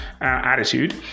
attitude